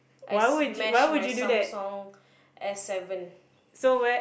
I smash my Samsung S seven